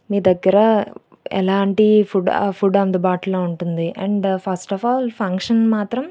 మీ దగ్గర ఎలాంటి food food అందుబాటులో ఉంటుంది and first of all function మాత్రం